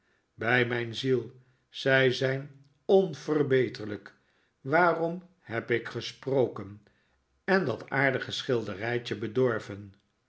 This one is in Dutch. bij mijn ziel zij zijn onverbeterlijk waarom heb ik gesproken en dat aardige schilderijtje bedorven